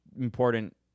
important